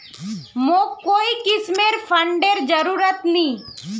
मोक कोई किस्मेर फंडेर जरूरत नी